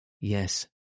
yes